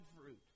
fruit